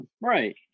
Right